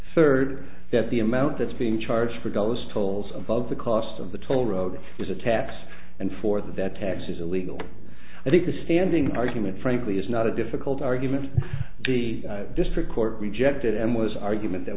third that the amount that's being charged for goes tolls above the cost of the toll road is a tax and for that tax is illegal i think the standing argument frankly is not a difficult argument the district court rejected and was argument that